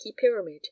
pyramid